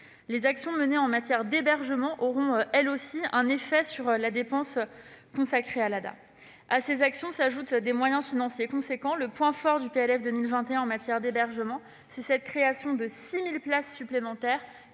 Les actions menées en matière d'hébergement auront elles aussi un effet sur la dépense consacrée à l'ADA. À ces actions s'ajoutent des moyens financiers importants. Le point fort du PLF pour 2021 en matière d'hébergement, c'est la création de 6 000 places supplémentaires